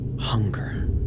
hunger